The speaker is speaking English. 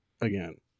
again